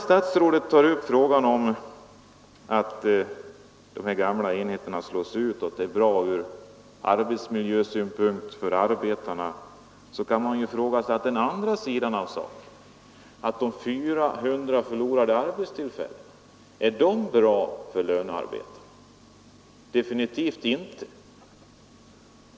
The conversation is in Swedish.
Statsrådet anför vidare att det är bra för arbetarna ur arbetsmiljösynpunkt att de gamla enheterna slås ut. Men man kan då fråga sig om den andra sidan av saken — de 400 förlorade arbetstillfällena — är bra för lönearbetarna. Definitivt inte!